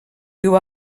viu